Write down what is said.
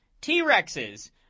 T-Rexes